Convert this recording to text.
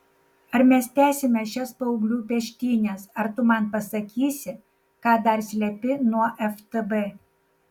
ar mes tęsime šias paauglių peštynes ar tu man pasakysi ką dar slepi nuo ftb